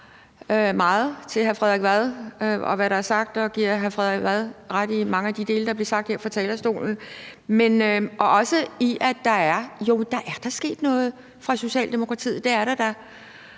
meget til hr. Frederik Vad og til, hvad der bliver sagt. Og jeg giver hr. Frederik Vad ret i mange af de ting, der bliver sagt fra talerstolen, og også i, at der da er sket noget fra Socialdemokratiets side – det er der da.